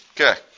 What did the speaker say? Okay